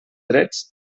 drets